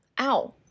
Ow